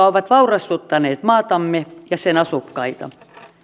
ovat vaurastuttaneet maatamme ja sen asukkaita